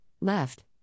Left